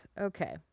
Okay